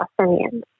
Palestinians